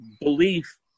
belief